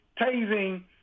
tasing